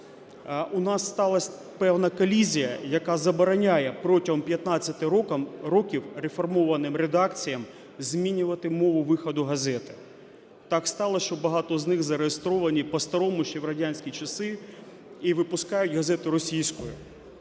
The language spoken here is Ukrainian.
У нас сталась певна колізія, яка забороняє протягом 15 років реформованим редакціям змінювати мову виходу газети. Так сталось, що багато з них зареєстровані по старому ще в радянські часи і випускають газету російською.